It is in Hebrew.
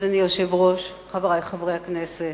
אדוני היושב-ראש, חברי חברי הכנסת,